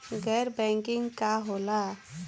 गैर बैंकिंग का होला?